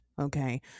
okay